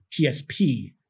PSP